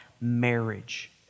marriage